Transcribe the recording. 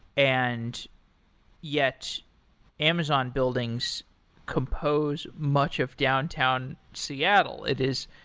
and yet amazon buildings compose much of downtown seattle. it is,